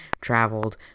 traveled